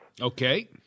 Okay